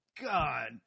God